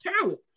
talent